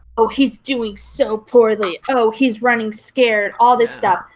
oh, he's doing so poorly! oh, he's running scared! all this stuff,